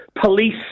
police